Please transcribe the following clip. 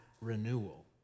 renewal